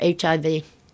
HIV